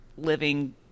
living